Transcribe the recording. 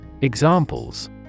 Examples